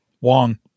Wong